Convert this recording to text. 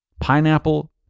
pineapple